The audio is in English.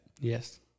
yes